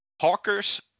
hawkers